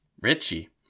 Richie